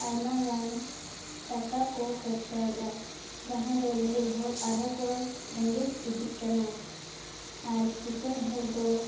ᱟᱭᱢᱟ ᱜᱟᱱ ᱴᱟᱠᱟ ᱠᱚ ᱠᱷᱚᱨᱪᱟᱭᱮᱫᱼᱟ ᱡᱟᱦᱟᱸ ᱫᱚ ᱨᱮᱸᱜᱮᱡ ᱦᱚᱲ ᱟᱨᱦᱚᱸ ᱠᱚ ᱨᱮᱸᱜᱮᱡ ᱤᱫᱤᱜ ᱠᱟᱱᱟ ᱟᱨ ᱠᱤᱸᱥᱟᱹᱬ ᱦᱚᱲ ᱫᱚ